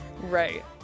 Right